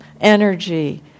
energy